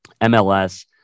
MLS